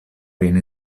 viene